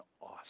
awesome